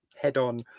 head-on